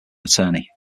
attorney